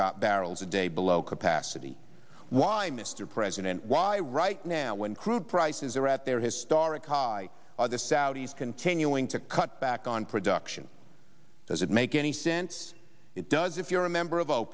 dollars barrels a day below capacity why mr president why right now when crude prices are at their historic high the saudis continuing to cut back on production does it make any sense it does if you're a member of